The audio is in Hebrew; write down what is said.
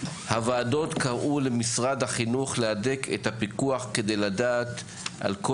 הוועדות קראו למשרד החינוך להדק את הפיקוח כדי לדעת על כל